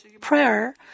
prayer